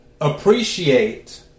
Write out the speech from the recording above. appreciate